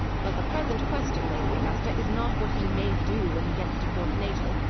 but the present question, lady augusta, is not what he may do when he gets to port natal,